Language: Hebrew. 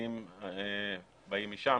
מהמסתננים באים משם